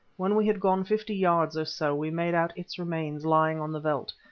when we had gone fifty yards or so, we made out its remains lying on the veldt,